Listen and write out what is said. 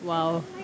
!wow!